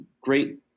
great